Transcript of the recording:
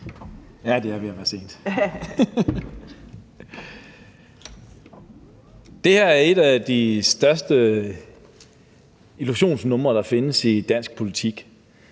Lars Boje Mathiesen (NB): Det er et af de største illusionsnumre, der findes i dansk politik,